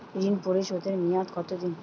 ঋণ পরিশোধের মেয়াদ কত দিন?